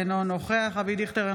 אינו נוכח אבי דיכטר,